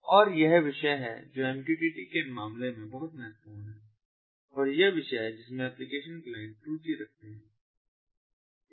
और यह वह विषय है जो MQTT के मामले में बहुत महत्वपूर्ण है और यह वह विषय है जिसमें एप्लीकेशन क्लाइंट रुचि रखते हैं